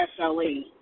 SLE